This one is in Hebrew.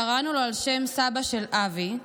קראנו לו על שם סבא של אבי,